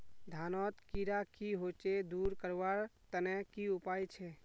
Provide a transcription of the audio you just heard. धानोत कीड़ा की होचे दूर करवार तने की उपाय छे?